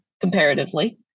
comparatively